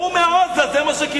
שברחו מעזה, זה מה שקיבלנו.